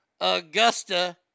Augusta